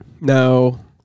No